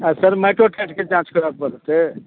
आ सर माटिओ ताटिके जाँच करऽ पड़तै